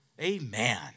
Amen